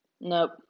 nope